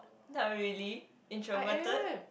not really introverted